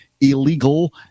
illegal